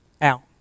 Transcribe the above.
out